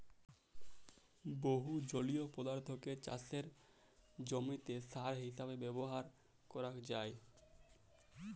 বহু জলীয় পদার্থকে চাসের জমিতে সার হিসেবে ব্যবহার করাক যায়